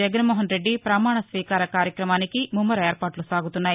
జగన్మోహన్ రెడ్డి ప్రమాణ స్వీకార కార్యక్రమానికి ముమ్మర ఏర్పాట్ల సాగుతున్నాయి